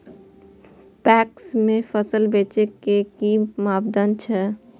PACS में फसल बेचे के कि मापदंड छै?